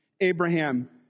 Abraham